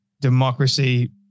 democracy